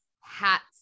hats